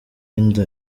inda